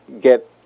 get